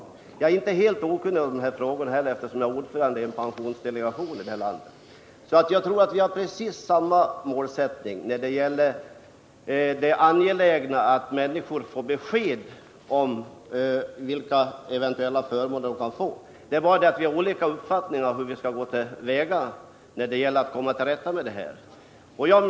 Jag är inte helt okunnig om dessa frågor heller, eftersom jag är ordförande i en pensionsdelegation här i landet. Jag tror alltså att vi har precis samma målsättning när det gäller det angelägna i att människor får besked om vilka eventuella förmåner de kan få. Det är bara det att vi har olika uppfattningar om hur vi skall gå till väga för att komma till rätta med problemen.